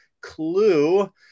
Clue